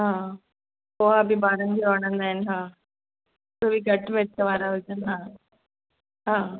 हा पोहा बि ॿारनि खे वणंदा आहिनि हा हो बि घटि मिर्च वारा हुजनि हा हा